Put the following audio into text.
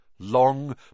long